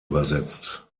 übersetzt